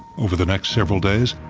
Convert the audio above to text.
over the next several days,